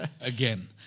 Again